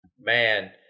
Man